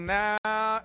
now